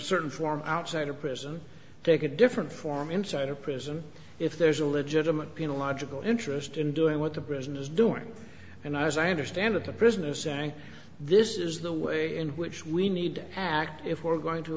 certain form outside of prison take a different form inside a prison if there's a legitimate being a logical interest in doing what the president is doing and i as i understand it the prisoner saying this is the way in which we need an act if we're going to